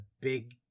big